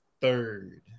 third